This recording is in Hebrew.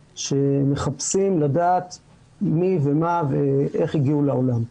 שמחפשים לדעת מי ומה ואיך הם הגיעו לעולם.